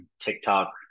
TikTok